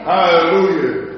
Hallelujah